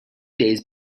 days